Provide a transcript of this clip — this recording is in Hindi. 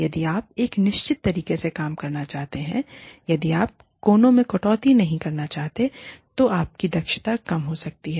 यदि आप एक निश्चित तरीके से काम करना चाहते हैं यदि आप कोनों में कटौती नहीं करना चाहते हैं तो आपकी दक्षता कम हो सकती है